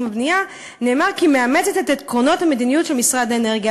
ובנייה נאמר כי היא מאמצת את עקרונות המדיניות של משרד האנרגיה,